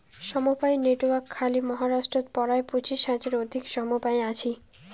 সমবায় নেটওয়ার্ক খালি মহারাষ্ট্রত পরায় পঁচিশ হাজার অধিক সমবায় আছি